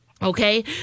Okay